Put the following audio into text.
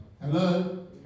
Hello